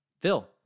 Phil